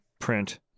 print